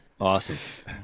Awesome